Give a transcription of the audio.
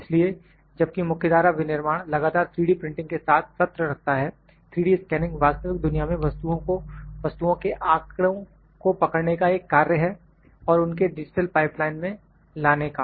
इसलिए जबकि मुख्यधारा विनिर्माण लगातार 3D प्रिंटिंग के साथ सत्र रखता है 3D स्कैनिंग वास्तविक दुनिया में वस्तुओं के आंकड़ों को पकड़ने का एक कार्य है और उनको डिजिटल पाइपलाइन में लाने का